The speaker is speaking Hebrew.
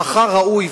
שכר ראוי,